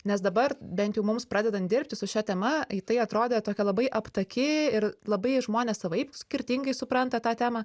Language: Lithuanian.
nes dabar bent jau mums pradedant dirbti su šia tema į tai atrodė tokia labai aptaki ir labai žmonės savaip skirtingai supranta tą temą